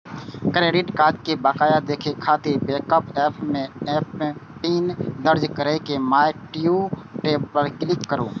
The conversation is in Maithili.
क्रेडिट कार्ड के बकाया देखै खातिर बैंकक एप मे एमपिन दर्ज कैर के माइ ड्यू टैब पर क्लिक करू